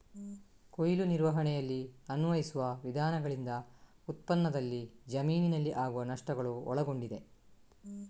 ಕೊಯ್ಲು ನಿರ್ವಹಣೆಯಲ್ಲಿ ಅನ್ವಯಿಸುವ ವಿಧಾನಗಳಿಂದ ಉತ್ಪನ್ನದಲ್ಲಿ ಜಮೀನಿನಲ್ಲಿ ಆಗುವ ನಷ್ಟಗಳು ಒಳಗೊಂಡಿದೆ